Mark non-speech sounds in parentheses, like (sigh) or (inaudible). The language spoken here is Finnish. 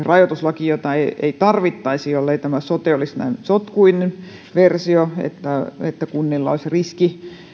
(unintelligible) rajoituslakiin jota ei ei tarvittaisi jollei tämä sote olisi näin sotkuinen versio että että kunnilla olisi riski